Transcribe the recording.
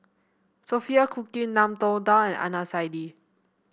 Sophia Cooke Ngiam Tong Dow and Adnan Saidi